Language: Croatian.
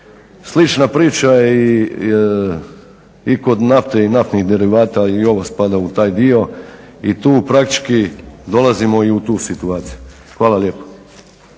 Slična priča je i kod nafte i naftnih derivata, a i ovo spada u taj dio i tu praktički dolazimo i u tu situaciju. Hvala lijepo.